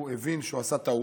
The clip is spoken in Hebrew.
היום הוא הבין שהוא עשה טעות,